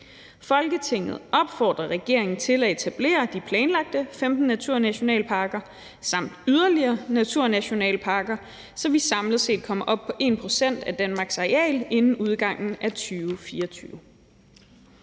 Folketinget opfordrer regeringen til at etablere de planlagte 15 naturnationalparker samt yderligere naturnationalparker, så de samlet set kommer op på 1 pct. af Danmarks areal inden udgangen af 2024.«